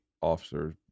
officers